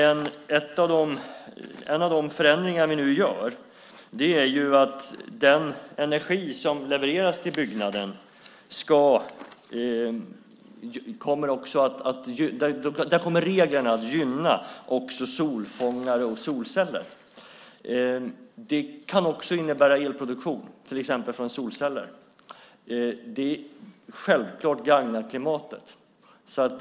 En av de förändringar vi gör är att när det gäller den energi som levereras till byggnaden kommer reglerna att gynna också solfångare och solceller. Det kan också innebära elproduktion, till exempel från solceller. Det gagnar självklart klimatet.